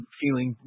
feeling